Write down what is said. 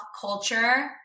culture